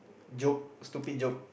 jokes stupid joke